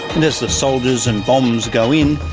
and as the soldiers and bombs go in,